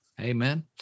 Amen